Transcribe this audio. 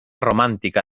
romántica